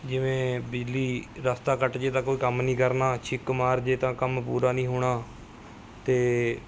ਜਿਵੇਂ ਬਿੱਲੀ ਰਸਤਾ ਕੱਟ ਜੇ ਤਾਂ ਕੋਈ ਕੰਮ ਨਹੀਂ ਕਰਨਾ ਛਿੱਕ ਮਾਰ ਜੇ ਤਾਂ ਕੰਮ ਪੂਰਾ ਨਹੀ ਹੋਣਾ ਅਤੇ